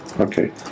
Okay